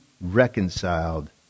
reconciled